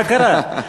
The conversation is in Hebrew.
מה קרה?